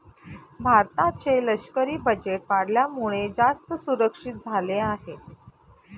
भारताचे लष्करी बजेट वाढल्यामुळे, जास्त सुरक्षित झाले आहे